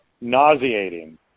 nauseating